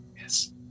Yes